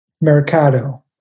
mercado